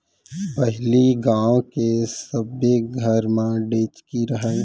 पहिली गांव के सब्बे घर म ढेंकी रहय